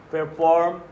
perform